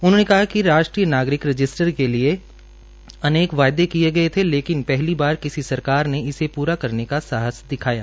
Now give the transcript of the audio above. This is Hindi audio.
उन्होंने कहा कि राष्ट्रीय नागरिक रजिस्टर के लिए अनेक वायदे किए गये थे लेकिन पहली बार किसी सरकार ने इसे प्रा करने साहस दिखाया